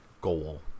goal